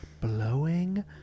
blowing